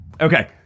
Okay